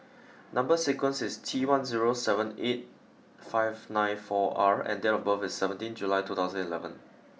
number sequence is T one zero seven eight five nine four R and date of birth is seventeen July two thousand and eleven